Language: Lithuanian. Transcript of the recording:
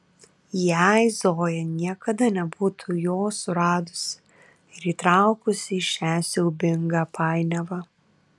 jei zoja niekada nebūtų jo suradusi ir įtraukusi į šią siaubingą painiavą